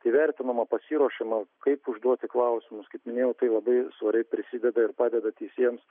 įvertinama pasiruošiama kaip užduoti klausimus kaip minėjau tai labai svariai prisideda ir padeda teisėjams